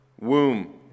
womb